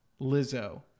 Lizzo